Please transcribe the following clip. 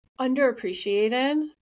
underappreciated